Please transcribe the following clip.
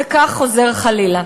וחוזר חלילה.